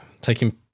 taking